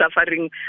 suffering